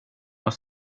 vad